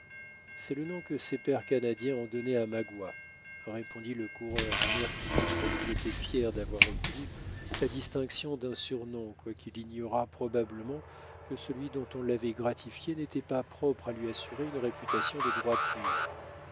c'est le nom que ses pères canadiens ont donné à magua répondit le coureur d'un air qui montrait qu'il était fier d'avoir obtenu la distinction d'un surnom quoiqu'il ignorât probablement que celui dont on l'avait gratifié n'était pas propre à lui assurer une réputation de droiture